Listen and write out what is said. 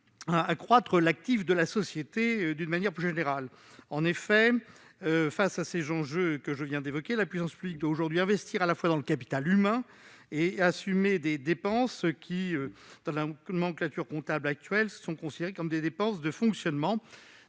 à accroître l'actif de la société d'une manière plus générale. En effet, face aux enjeux que je viens d'évoquer, la puissance publique doit aujourd'hui à la fois investir dans le capital humain et assumer des dépenses, lesquelles, dans la nomenclature comptable actuelle, sont considérées comme des dépenses de fonctionnement,